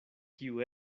kiu